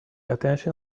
attention